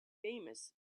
famous